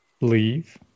leave